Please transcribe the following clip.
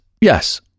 yes